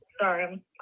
Sorry